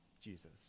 Jesus